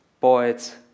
poets